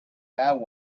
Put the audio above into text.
bad